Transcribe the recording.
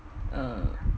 uh